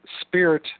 spirit